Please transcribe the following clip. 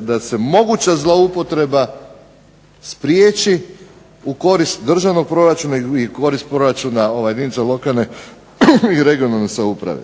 da se moguća zloupotreba spriječi u korist državnog proračuna i u korist proračuna jedinica lokalne i regionalne samouprave.